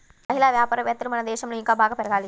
మహిళా వ్యాపారవేత్తలు మన దేశంలో ఇంకా బాగా పెరగాలి